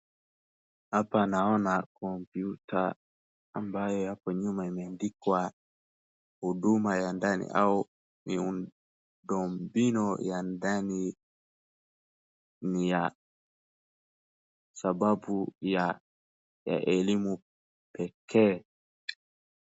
Hapa naona kompyuta ambayo hapo nyuma imeandikwa huduma ya ndani au miundo mbinu ya ndani ni ya sababu ya elimu pekee.